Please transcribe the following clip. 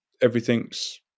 everything's